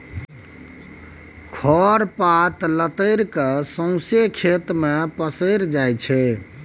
खर पात लतरि केँ सौंसे खेत मे पसरि जाइ छै